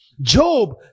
job